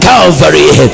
Calvary